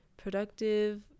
productive